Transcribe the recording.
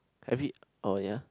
every oh ya